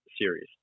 series